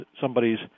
somebody's